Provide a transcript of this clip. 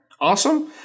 awesome